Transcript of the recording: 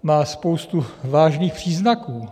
Má spoustu vážných příznaků.